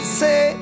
say